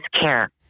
care